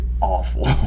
awful